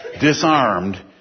disarmed